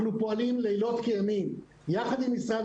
אנחנו פועלים לילות כימים יחד עם משרד